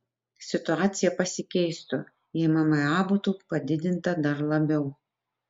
situacija pasikeistų jei mma būtų padidinta dar labiau